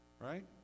right